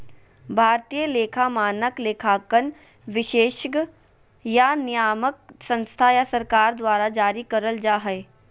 भारतीय लेखा मानक, लेखांकन विशेषज्ञ या नियामक संस्था या सरकार द्वारा जारी करल जा हय